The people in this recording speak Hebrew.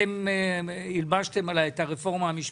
אתם הלבשתם עליי את הרפורמה המשפטית.